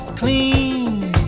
clean